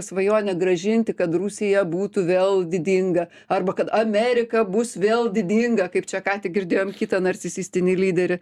svajonė grąžinti kad rusija būtų vėl didinga arba kad amerika bus vėl didinga kaip čia ką tik girdėjom kitą nacisistinį lyderį